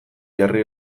jarri